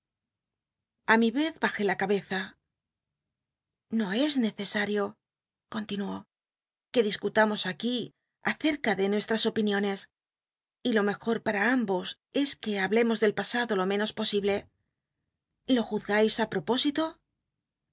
a mi vez bajé la cabeza no es necesario continuó que discutamos aquí acetca de nuestras opiniones y lo mejor para ambos es que hablemos del pasado jo menos posible lo juzgais así ú propósito